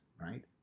right